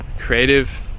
creative